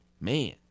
man